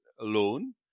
alone